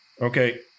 Okay